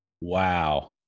Wow